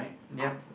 yup